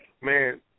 Man